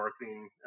marketing